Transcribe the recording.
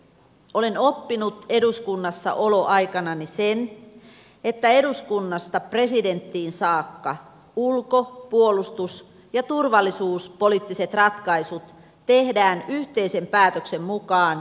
olen oppinut eduskunnassaoloaikanani sen että eduskunnasta presidenttiin saakka ulko puolustus ja turvallisuuspoliittiset ratkaisut tehdään yhteisen päätöksen mukaan konsensushengessä